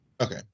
okay